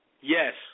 Yes